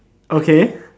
okay